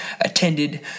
attended